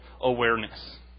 Awareness